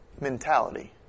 mentality